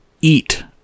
eat